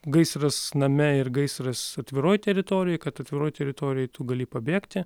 gaisras name ir gaisras atviroj teritorijoj kad atviroj teritorijoj tu gali pabėgti